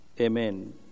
Amen